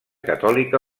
catòlica